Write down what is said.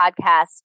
podcast